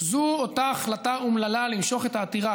אותה החלטה אומללה למשוך את העתירה,